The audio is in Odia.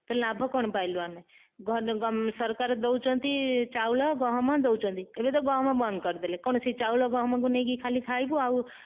ତ ଲାଭ କ'ଣ ପାଇଲୁ ଆମେ ସରକାର ଦେଉଛନ୍ତି ଚାଉଳ ଗହମ ଦେଉଛନ୍ତି ଏବେ ତ ଗହମ ବନ୍ଦ କରିଦେଲେ କ'ଣ ସେହି ଚାଉଳ ଗହମକୁ ନେଇକି ଖାଲି ଖାଇବୁ ଆଉ